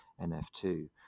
NF2